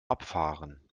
abfahren